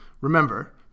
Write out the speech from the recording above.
Remember